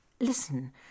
Listen